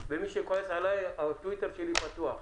ומי שכועס עליי, הטוויטר שלי פתוח,